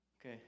Okay